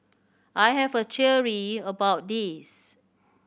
I have a theory about this